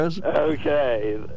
Okay